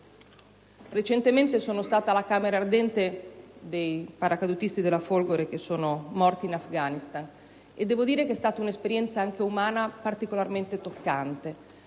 Recentemente sono stata alla camera ardente dei paracadutisti della Folgore morti in Afghanistan, e devo dire che è stata un'esperienza umana particolarmente toccante